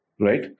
Right